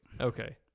okay